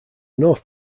north